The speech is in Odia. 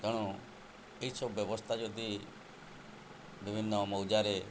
ତେଣୁ ଏଇସବୁ ବ୍ୟବସ୍ଥା ଯଦି ବିଭିନ୍ନ ମଉଜାରେ